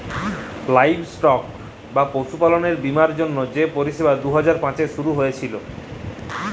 livestock বা পশুপাললের বীমার জ্যনহে যে পরিষেবা দু হাজার পাঁচে শুরু হঁইয়েছিল